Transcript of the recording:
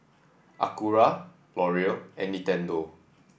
Acura L'Oreal and Nintendo